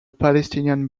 palestinian